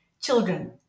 children